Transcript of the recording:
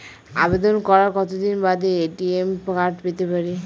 আবেদন করার কতদিন বাদে এ.টি.এম কার্ড পেতে পারি?